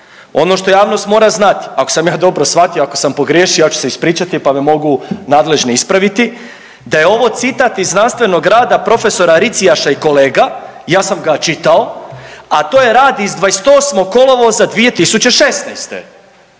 Ono što javnost mora znati ako sam ja dobro shvatio, ako sam pogriješio ja ću se ispričati pa me mogu nadležni ispraviti, da je ovo citat iz znanstvenog rada profesora Ricijaša i kolega, ja sam ga čitao, a to je rad i 28. kolovoza 2016.